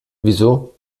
wieso